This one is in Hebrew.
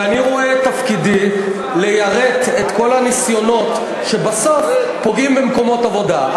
ואני רואה את תפקידי ליירט את כל הניסיונות שבסוף פוגעים במקומות עבודה.